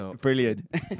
Brilliant